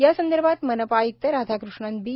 यासंदर्भात मनपा आय्क्त राधाकृष्णन बी